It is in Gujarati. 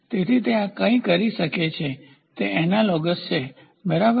તેથી તે આ કંઈક કરી શકે છે તે એનાલોગસ છે બરાબર